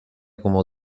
como